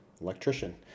electrician